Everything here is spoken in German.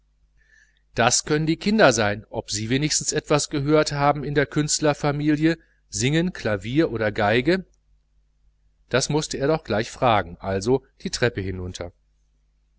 das können die kinder sein ob sie wenigstens etwas gehört haben in der künstlerfamilie singen klavier oder violine das mußte er doch gleich fragen also die treppe hinunter